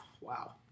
wow